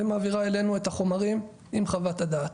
ומעבירה אלינו את החומרים עם חוות הדעת,